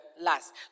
last